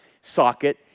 socket